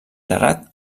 terrat